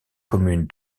commune